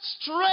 straight